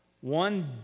One